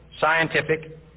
scientific